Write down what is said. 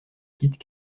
quitte